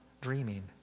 dreaming